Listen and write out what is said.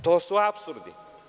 To su apsurdi.